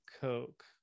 Coke